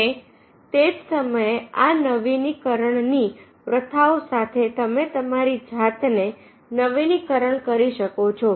અને તે જ સમયે આ નવીનીકરણની પ્રથાઓ સાથે તમે તમારી જાતને નવીનીકરણ કરી શકો છો